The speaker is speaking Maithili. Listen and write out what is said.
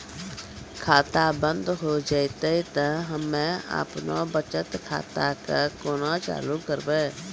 खाता बंद हो जैतै तऽ हम्मे आपनौ बचत खाता कऽ केना चालू करवै?